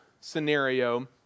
scenario